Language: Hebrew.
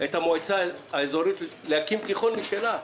את המועצה האזורית להקים תיכון משלה.